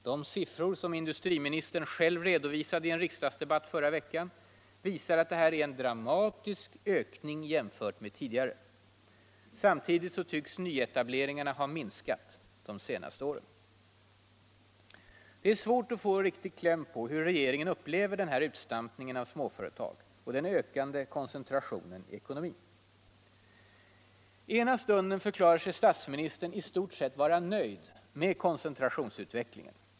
De siffror industriministern själv redovisade i en riksdagsdebatt förra veckan visar att det här är en dramatisk ökning jämfört med tidigare. Samtidigt tycks nyetableringarna ha minskat de senaste åren. Det är svårt att få riktig kläm på hur regeringen upplever den här utstampningen av småföretag och den ökande koncentrationen i ekonomin. Ena stunden förklarar sig statsministern i stort sett vara nöjd med koncentrationsutvecklingen.